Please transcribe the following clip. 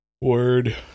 Word